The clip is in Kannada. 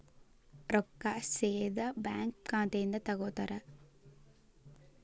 ರೊಕ್ಕಾ ಸೇದಾ ಬ್ಯಾಂಕ್ ಖಾತೆಯಿಂದ ತಗೋತಾರಾ?